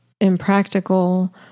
impractical